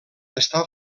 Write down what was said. està